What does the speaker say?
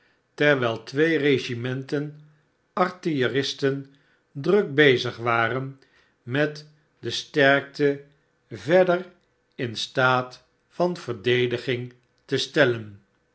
terwijl twee regimenten artilleristen druk bezig waren met de sterkte verder in staat van verdediging te stellen